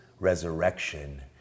Resurrection